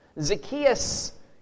Zacchaeus